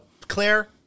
Claire